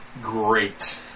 great